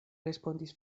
respondis